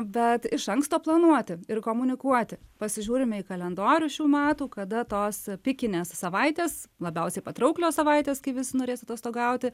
bet iš anksto planuoti ir komunikuoti pasižiūrime į kalendorių šių metų kada tos pikinės savaitės labiausiai patrauklios savaitės kai visi norės atostogauti